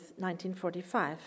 1945